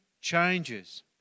changes